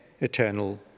eternal